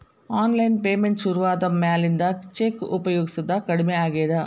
online payment ಶುರುವಾದ ಮ್ಯಾಲಿಂದ cheque ಉಪಯೊಗಸೋದ ಕಡಮಿ ಆಗೇದ